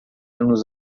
nos